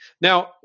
Now